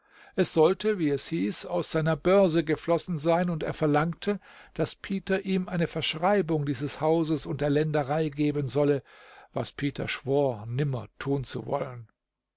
es sollte wie es hieß aus seiner börse geflossen sein und er verlangte daß peter ihm eine verschreibung dieses hauses und der länderei geben solle was peter schwor nimmer tun zu wollen